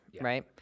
right